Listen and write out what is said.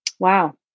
wow